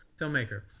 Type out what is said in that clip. filmmaker